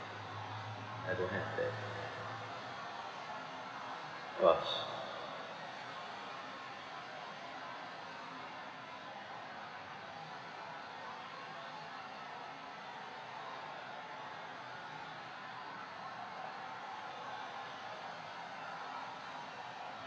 I don't have that !wah!